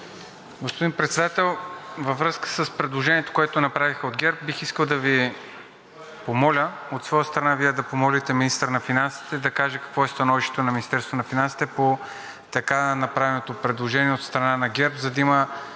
Господин Председател, във връзка с предложението, което направиха от ГЕРБ, бих искал да Ви помоля, от своя страна Вие да помолите министъра на финансите да каже какво е становището на Министерството на финансите по така направеното предложение от страна на ГЕРБ, за да има